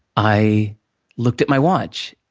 i looked at my watch,